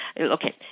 okay